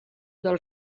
del